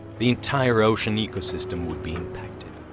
the entire ocean ecosystem would be impacted.